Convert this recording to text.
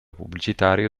pubblicitario